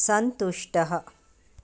सन्तुष्टः